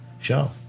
show